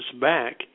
back